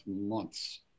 months